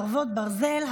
חרבות ברזל),